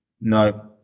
No